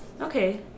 Okay